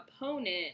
opponent